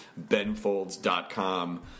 benfolds.com